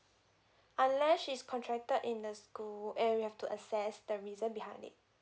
unless she's contracted in the school and we have to assess the reason behind it